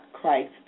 Christ